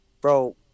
bro